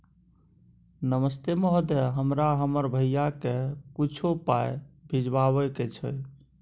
नमस्ते महोदय, हमरा हमर भैया के कुछो पाई भिजवावे के छै?